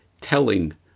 telling